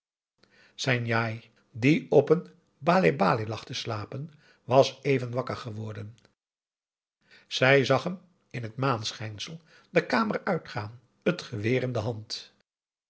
zijn njai die op een baleh-baleh lag te slapen was even wakker geworden zij zag hem in het maanschijnsel de kamer uitgaan het geweer in de hand